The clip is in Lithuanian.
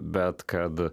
bet kad